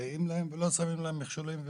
מסייעים להם ולא שמים להם מכשולים ומעצורים.